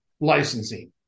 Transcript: licensing